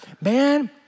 man